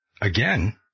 Again